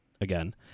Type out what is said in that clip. again